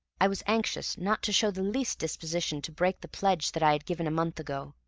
i was anxious not to show the least disposition to break the pledge that i had given a month ago.